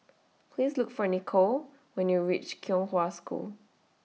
Please Look For Nikko when YOU REACH Kong Hwa School